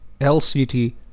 LCT